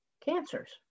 cancers